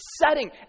setting